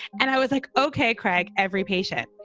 and i was like, okay. cragg, every patient.